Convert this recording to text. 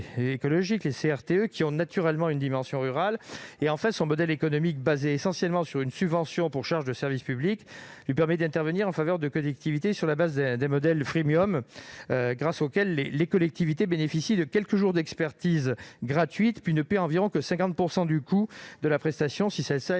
écologique (CRTE), qui ont naturellement une dimension rurale. Enfin, son système économique, fondé essentiellement sur une subvention pour charges de service public, lui permet d'intervenir en faveur de collectivités sur la base des modèles, grâce auxquels ces dernières bénéficient de quelques jours d'expertise gratuite, puis ne paient que 50 % environ du coût de la prestation si celle-ci